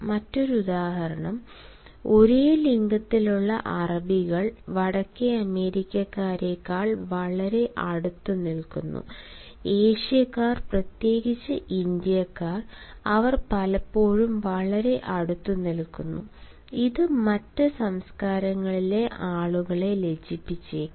മറ്റൊരു ഉദാഹരണം ഒരേ ലിംഗത്തിലുള്ള അറബികൾ വടക്കേ അമേരിക്കക്കാരേക്കാൾ വളരെ അടുത്ത് നിൽക്കുന്നു ഏഷ്യക്കാർ പ്രത്യേകിച്ച് ഇന്ത്യക്കാർ അവർ പലപ്പോഴും വളരെ അടുത്ത് നിൽക്കുന്നു ഇത് മറ്റ് സംസ്കാരങ്ങളിലെ ആളുകളെ ലജ്ജിപ്പിച്ചേക്കാം